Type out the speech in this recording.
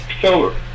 Silver